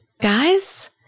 guys